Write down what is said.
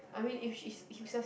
I mean if she's keeps ask